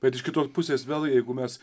bet iš kitos pusės vėl jeigu mes